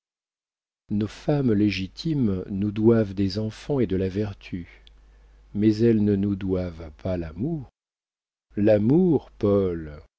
nos femmes légitimes nous doivent des enfants et de la vertu mais elles ne nous doivent pas l'amour l'amour paul